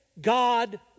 God